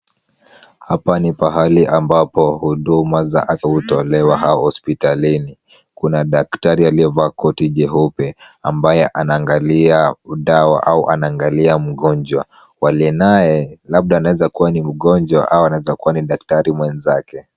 Hapa ni pahali ambapo huduma za afya hutolewa au hospitalini. Kuna daktari aliyevaa koti jeupe ambaye anaangalia dawa au anaangalia mgonjwa. Walionaye labda anaweza kuwa ni mgonjwa au anaweza kuwa ni daktari mwenzake.